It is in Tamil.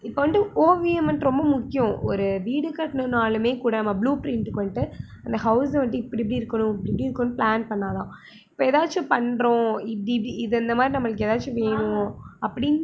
இப்போ வந்துட்டு ஓவியம் வந்துட்டு ரொம்ப முக்கியம் ஒரு வீடு கட்டணுன்னாலுமே கூட நம்ம ப்ளூ ப்ரிண்ட்டுக்கு வந்துட்டு அந்த ஹவுஸை வந்துட்டு இப்படி இப்படி இருக்கணும் இப்படி இப்படி இருக்கணும் ப்ளான் பண்ணால் தான் இப்போ ஏதாச்சும் பண்ணுறோம் இப்படி இப்படி இது இந்தமாதிரி நம்மளுக்கு ஏதாச்சும் வேணும் அப்பிடின்னு